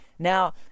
Now